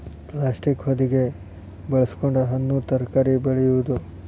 plastic ಹೊದಿಕೆ ಬಳಸಕೊಂಡ ಹಣ್ಣು ತರಕಾರಿ ಬೆಳೆಯುದು